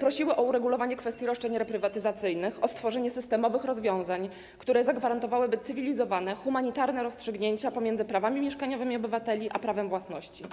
prosili o uregulowanie kwestii roszczeń reprywatyzacyjnych, o stworzenie systemowych rozwiązań, które zagwarantowałyby cywilizowane, humanitarne rozstrzygnięcia w sporze pomiędzy prawami mieszkaniowymi obywateli a prawem własności.